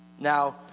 Now